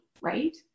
right